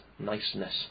niceness